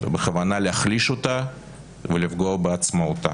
בכוונה להחליש אותה ולפגוע בעצמאותה.